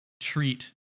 treat